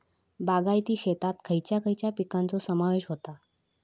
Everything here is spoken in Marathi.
बागायती शेतात खयच्या खयच्या पिकांचो समावेश होता?